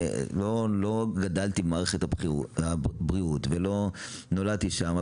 לא גדלתי במערכת הבריאות ולא נולדתי שם,